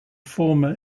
former